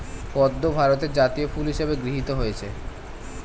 পদ্ম ভারতের জাতীয় ফুল হিসেবে গৃহীত হয়েছে